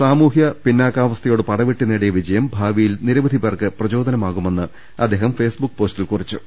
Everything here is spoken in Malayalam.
സാമൂഹിക പിന്നോക്കാവസ്ഥയോട് പടവെട്ടി നേടിയ വിജയം ഭാവിയിൽ നിരവധിപേർക്ക് പ്രചോദനമാകുമെന്ന് അദ്ദേഹം ഫേസ്ബുക്ക് പോസ്റ്റിൽ കുറിച്ചു